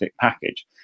package